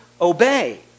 obey